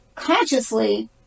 Consciously